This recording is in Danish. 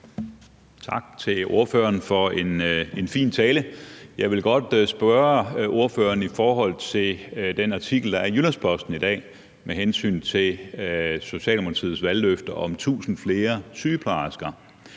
Tak til ordføreren for en fin tale. Jeg vil godt spørge ordføreren i forhold til den artikel, der er i Jyllands-Posten i dag med hensyn til Socialdemokratiets valgløfte om 1.000 flere sygeplejersker,